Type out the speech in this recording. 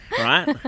right